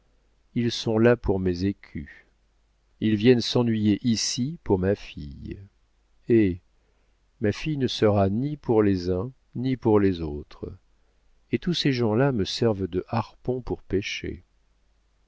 ils sont là pour mes écus ils viennent s'ennuyer ici pour ma fille hé ma fille ne sera ni pour les uns ni pour les autres et tous ces gens-là me servent de harpons pour pêcher